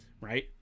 Right